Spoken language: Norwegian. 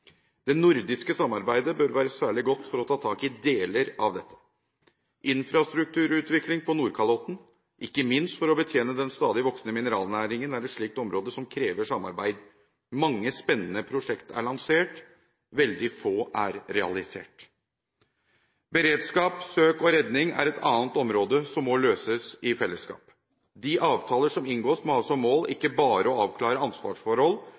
Det nordiske samarbeidet bør være særlig godt for å ta tak i deler av dette. Infrastrukturutvikling på Nordkalotten, ikke minst for å betjene den stadig voksende mineralnæringen, er et slikt område som krever samarbeid. Mange spennende prosjekter er lansert, veldig få er realisert. Beredskap, søk og redning er et annet område som må løses i fellesskap. De avtaler som inngås, må ha som mål ikke bare å avklare ansvarsforhold,